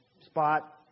spot